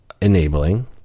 enabling